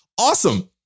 awesome